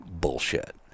bullshit